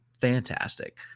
fantastic